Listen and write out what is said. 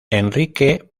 enrique